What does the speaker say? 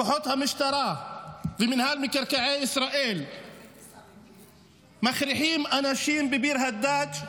כוחות המשטרה ומינהל מקרקעי ישראל מכריחים אנשים בביר הדאג',